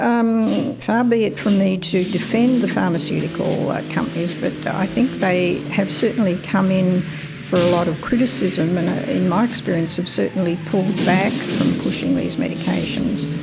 um far um be it from me to defend the pharmaceutical companies but i think they have certainly come in for a lot of criticism, and ah in my experience have certainly pulled back from pushing these medications.